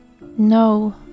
No